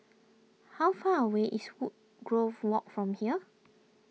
how far away is Woodgrove Walk from here